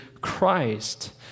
Christ